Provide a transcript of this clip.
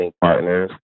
partners